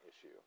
issue